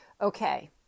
okay